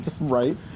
Right